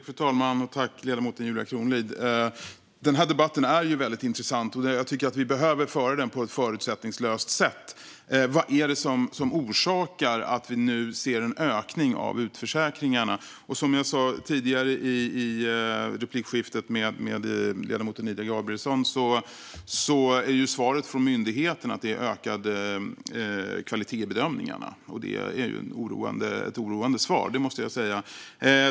Fru talman! Den här debatten är väldigt intressant, och jag tycker att vi behöver föra den på ett förutsättningslöst sätt. Vad är det som orsakar att vi nu ser en ökning av utförsäkringarna? Som jag sa tidigare i replikskiftet med ledamoten Ida Gabrielsson är svaret från myndigheten att det är ökad kvalitet i bedömningarna. Det är ett oroande svar, måste jag säga.